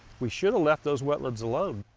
we should've left those wetlands alone.